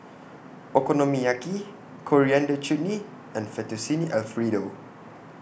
Okonomiyaki Coriander Chutney and Fettuccine Alfredo